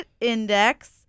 Index